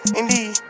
indeed